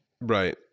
Right